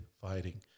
fighting